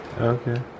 Okay